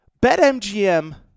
BetMGM